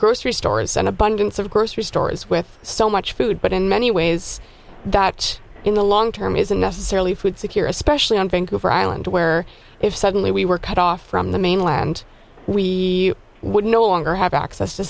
grocery stores an abundance of grocery stores with so much food but in many ways that in the long term isn't necessarily food security specially on vancouver island where if suddenly we were cut off from the mainland we would no longer have access to